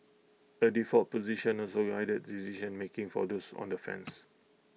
A default position also guided decision making for those on the fence